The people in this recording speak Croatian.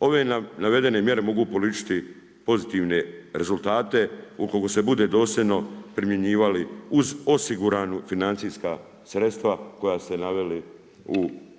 ove navedene mjere mogu polučiti pozitivne rezultate ukoliko se bude dosljedno primjenjivali uz osigurana financijska sredstva koja ste naveli u svom